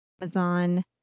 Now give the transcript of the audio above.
Amazon